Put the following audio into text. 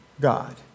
God